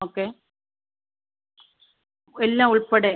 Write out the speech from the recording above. okay എല്ലാം ഉൾപ്പെടെ